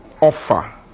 offer